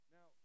Now